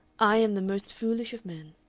i am the most foolish of men.